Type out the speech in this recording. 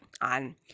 on